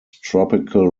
tropical